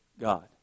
God